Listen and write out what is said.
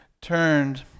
turned